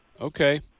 Okay